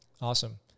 Awesome